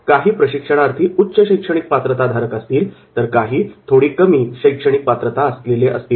काही प्रशिक्षणार्थी उच्च शैक्षणिक पात्रताधारक असतील तर काही थोडी कमी शैक्षणिक पात्रता असलेले असतील